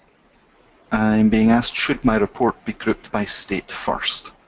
i'm being asked, should my report be grouped by state first?